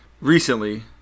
recently